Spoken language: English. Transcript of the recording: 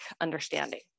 understanding